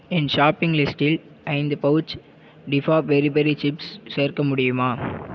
என் shopping லிஸ்டில் ஐந்து pouch டிஃபா பெரி பெரி சிப்ஸ் சேர்க்க முடியுமா